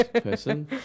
person